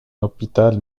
hôpital